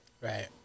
Right